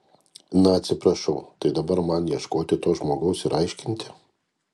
na atsiprašau tai dabar man ieškoti to žmogaus ir aiškinti